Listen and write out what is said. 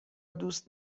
دوست